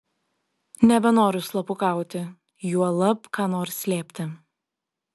nebenoriu slapukauti juolab ką nors slėpti